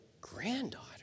granddaughter